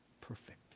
Perfect